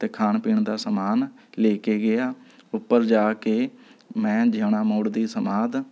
ਅਤੇ ਖਾਣ ਪੀਣ ਦਾ ਸਮਾਨ ਲੈ ਕੇ ਗਿਆ ਉੱਪਰ ਜਾ ਕੇ ਮੈਂ ਜਿਉਣਾ ਮੌੜ ਦੀ ਸਮਾਧ